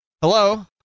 Hello